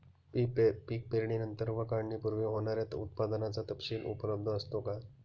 पीक पेरणीनंतर व काढणीपूर्वी होणाऱ्या उत्पादनाचा तपशील उपलब्ध असतो का?